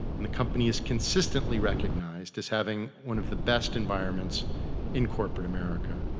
and the company is consistently recognized as having one of the best environments in corporate america.